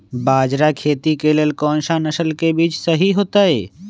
बाजरा खेती के लेल कोन सा नसल के बीज सही होतइ?